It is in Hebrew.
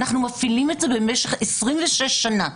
אנחנו מפעילים את זה במשך 26 שנה.